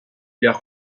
leur